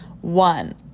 One